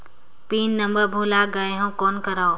Pin number भुला गयें हो कौन करव?